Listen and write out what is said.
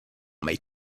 may